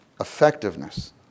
effectiveness